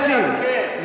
נסים.